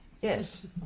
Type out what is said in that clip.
Yes